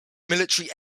military